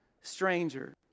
stranger